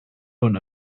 hwn